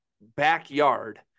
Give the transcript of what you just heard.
backyard